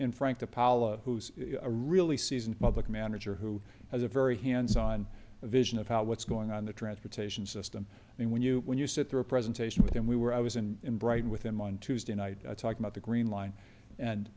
in frank apollo who's a really seasoned public manager who has a very hands on a vision of what's going on the transportation system and when you when you sit through a presentation with him we were i was in brighton with him on tuesday night talking a